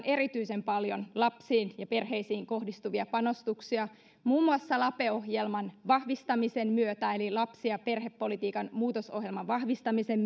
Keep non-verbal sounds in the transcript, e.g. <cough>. <unintelligible> erityisen paljon lapsiin ja perheisiin kohdistuvia panostuksia muun muassa lape ohjelman vahvistamisen eli lapsi ja perhepolitiikan muutosohjelman vahvistamisen <unintelligible>